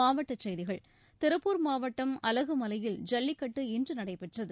மாவட்டச் செய்திகள் திருப்பூர் மாவட்டம் அலகுமலையில் ஜல்லிக்கட்டு இன்று நடைபெற்றது